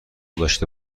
داشته